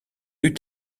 eut